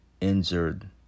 injured